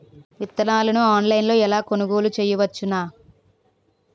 విత్తనాలను ఆన్లైన్లో ఎలా కొనుగోలు చేయవచ్చున?